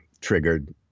triggered